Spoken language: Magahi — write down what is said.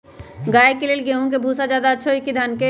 गाय के ले गेंहू के भूसा ज्यादा अच्छा होई की धान के?